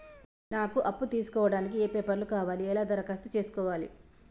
నాకు అప్పు తీసుకోవడానికి ఏ పేపర్లు కావాలి ఎలా దరఖాస్తు చేసుకోవాలి?